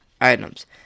items